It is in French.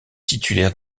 titulaire